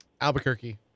Albuquerque